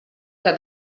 que